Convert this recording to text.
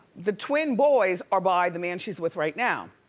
the twin boys are by the man she's with right now.